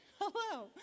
hello